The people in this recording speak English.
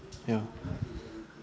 ya